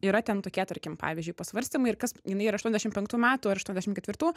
yra ten tokie tarkim pavyzdžiui pasvarstymai ir kas jinai yra aštuondešim penktų metų aštuondešimt ketvirtų